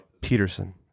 Peterson